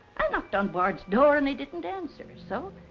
i knocked on bard's door and he didn't answer, so.